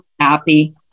happy